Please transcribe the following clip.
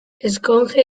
ezkonge